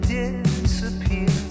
disappear